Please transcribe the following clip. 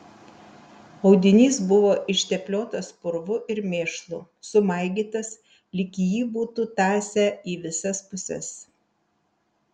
audinys buvo ištepliotas purvu ir mėšlu sumaigytas lyg jį būtų tąsę į visas puses